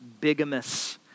bigamous